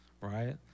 right